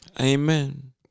Amen